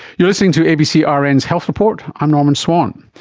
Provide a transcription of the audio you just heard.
you're listening to abc ah rn's health report, i'm norman swan.